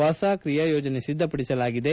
ಹೊಸ ಕ್ರಿಯಾ ಯೋಜನೆ ಸಿದ್ಧಪಡಿಸಲಾಗಿದೆ